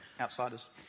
outsiders